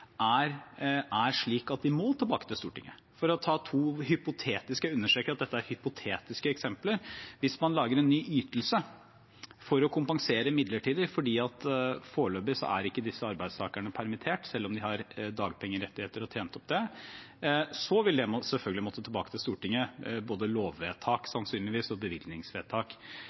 er slik at vi må tilbake til Stortinget. For å ta to hypotetiske – jeg understreker at de er hypotetiske – eksempler: Hvis man lager en ny ytelse for å kompensere midlertidig, for foreløpig er disse arbeidstakerne ikke permittert, selv om de har tjent opp dagpengerettigheter, vil det selvfølgelig måtte tilbake til Stortinget, både lovvedtak og bevilgningsvedtak.